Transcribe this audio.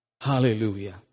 hallelujah